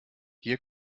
hier